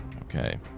Okay